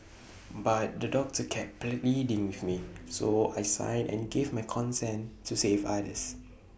but the doctor kept pleading with me so I signed and gave my consent to save others